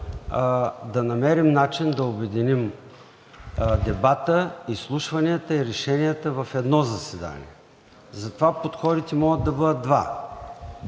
да намерим начин да обединим дебата, изслушванията и решенията в едно заседание. За това подходите могат да бъдат два.